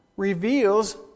reveals